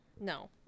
No